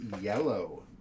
yellow